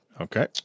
Okay